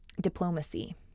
diplomacy